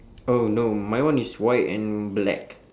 oh no my one is white and black